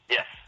Yes